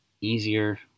easier